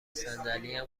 صندلیم